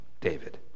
David